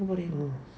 mm